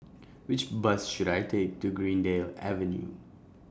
Which Bus should I Take to Greendale Avenue